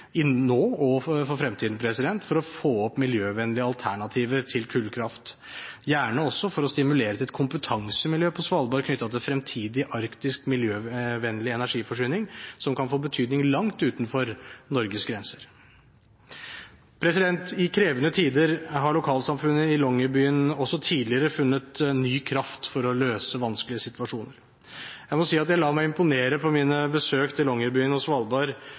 nå og i fremtiden, for å få frem miljøvennlige alternativer til kullkraft – gjerne også for å stimulere til et kompetansemiljø på Svalbard knyttet til en fremtidig arktisk miljøvennlig energiforsyning, som kan få betydning langt utenfor Norges grenser. I krevende tider har lokalsamfunnet i Longyearbyen også tidligere funnet ny kraft for å løse vanskelige situasjoner. Jeg må si at jeg på mine besøk til Longyearbyen og Svalbard